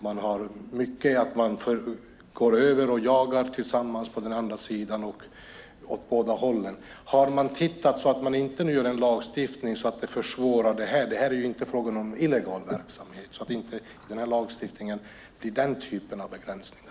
Man går ofta över på den andra sidan och jagar tillsammans, åt båda hållen. Har man tittat på det så att man nu inte inför en lagstiftning som försvårar det här? Det är ju inte fråga om illegal verksamhet. Den här lagstiftningen får inte bli den typen av gränshinder.